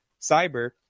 cyber